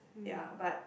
ya but